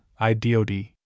IDOD